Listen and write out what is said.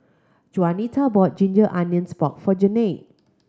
Juanita bought ginger onions pork for Janay